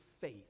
faith